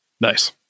Nice